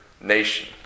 nation